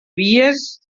vies